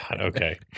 okay